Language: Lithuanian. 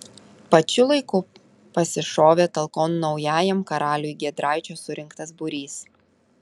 pačiu laiku pasišovė talkon naujajam karaliui giedraičio surinktas būrys